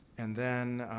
and, then,